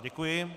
Děkuji.